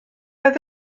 oedd